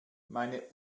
meine